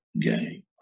game